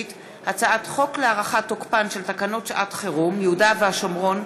הצעת חוק להארכת תוקפן של תקנות שעת חירום (יהודה והשומרון,